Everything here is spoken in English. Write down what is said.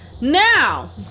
now